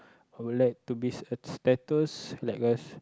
I would like to be a status like us